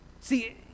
See